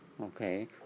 okay